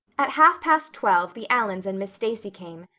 at half past twelve the allans and miss stacy came.